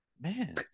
Man